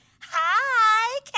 Hi